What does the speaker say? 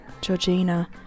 Georgina